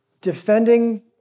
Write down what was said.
defending